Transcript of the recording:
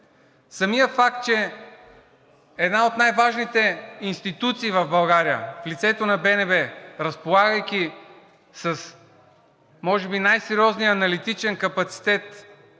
Самият факт, че една от най-важните институции в България, в лицето на БНБ, разполагайки с може би най-сериозния аналитичен капацитет,